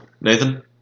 Nathan